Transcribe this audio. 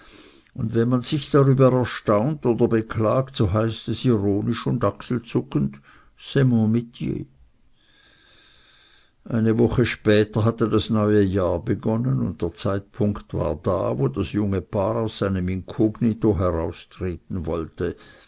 und wenn man sich darüber erstaunt oder beklagt so heißt es ironisch und achselzuckend c'est mon mtier eine woche später hatte das neue jahr begonnen und der zeitpunkt war da wo das junge paar aus seinem inkognito heraustreten wollte